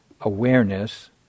awareness